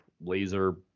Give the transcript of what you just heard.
laser